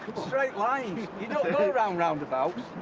straight lines. you don't go round roundabouts.